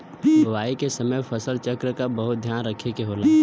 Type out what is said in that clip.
बोवाई के समय फसल चक्र क बहुत ध्यान रखे के होला